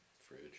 fridge